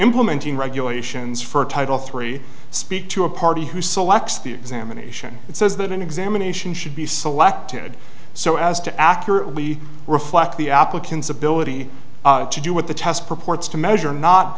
implementing regulations for title three speak to a party who selects the examination and says that an examination should be selected so as to accurately reflect the applicant's ability to do what the test purports to measure not